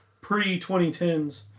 pre-2010s